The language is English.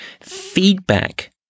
feedback